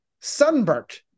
Sunburnt